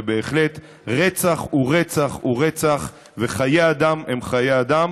בהחלט, רצח הוא רצח הוא רצח, וחיי אדם הם חיי אדם.